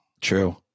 True